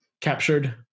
captured